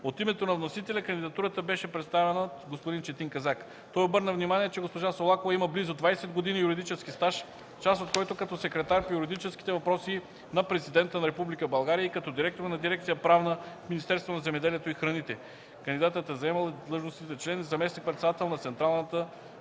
От името на вносителя кандидатурата беше представена от господин Четин Казак. Той обърна внимание, че госпожа Солакова има близо 20 години юридически стаж, част от който като секретар по юридическите въпроси на президента на Република България и като директор на дирекция „Правна” в Министерството на земеделието и храните. Кандидатът е заемал и длъжностите член и заместник-председател на Централната